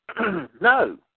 no